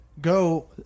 go